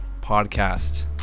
podcast